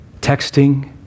texting